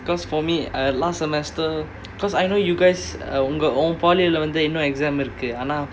because for me I last semester because I know you guys uh உங்க உன்:unga un polytechnic lah வந்து இன்னும்:vanthu innum exam இருக்கு ஆனா:irukku aanaa